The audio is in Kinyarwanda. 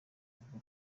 avuga